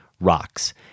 rocks